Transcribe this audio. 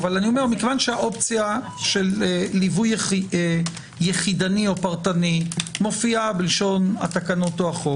כיוון שהאפשרות של ליווי יחידני או פרטני מופיע בלשון התקנות או החוק